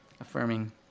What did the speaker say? affirming